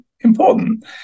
important